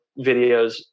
videos